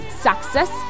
success